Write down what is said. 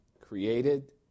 created